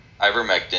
ivermectin